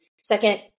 second